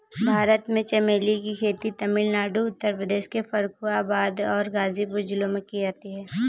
भारत में चमेली की खेती तमिलनाडु उत्तर प्रदेश के फर्रुखाबाद और गाजीपुर जिलों में की जाती है